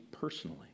personally